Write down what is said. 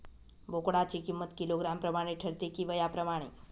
बोकडाची किंमत किलोग्रॅम प्रमाणे ठरते कि वयाप्रमाणे?